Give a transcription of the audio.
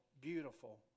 beautiful